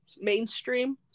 mainstream